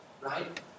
right